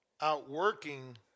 outworking